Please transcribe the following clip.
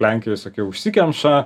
lenkijoj sakiau užsikemša